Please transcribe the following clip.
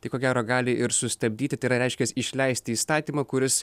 tai ko gero gali ir sustabdyti tai yra reiškias išleisti įstatymą kuris